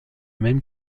même